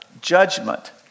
judgment